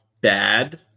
bad